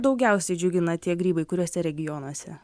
daugiausiai džiugina tie grybai kuriuose regionuose